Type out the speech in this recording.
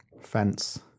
Fence